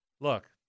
Look